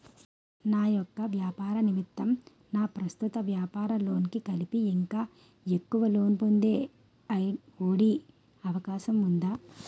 నా యెక్క వ్యాపార నిమిత్తం నా ప్రస్తుత వ్యాపార లోన్ కి కలిపి ఇంకా ఎక్కువ లోన్ పొందే ఒ.డి అవకాశం ఉందా?